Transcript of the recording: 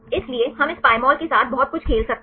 इसलिए हम इस Pymol के साथ बहुत कुछ खेल सकते हैं